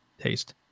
taste